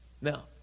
Now